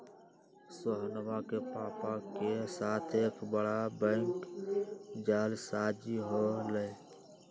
सोहनवा के पापा के साथ एक बड़ा बैंक जालसाजी हो लय